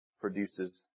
produces